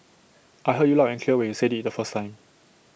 I heard you loud and clear when you said IT the first time